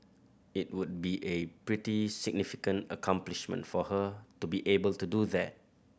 it would be a pretty significant accomplishment for her to be able to do that